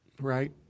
Right